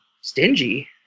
stingy